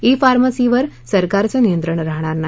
E फार्मसीवर सरकारचं नियंत्रण राहणार नाही